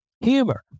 Humor